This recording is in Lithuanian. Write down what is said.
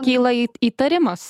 kyla įt įtarimas